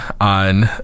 on